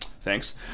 Thanks